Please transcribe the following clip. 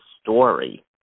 story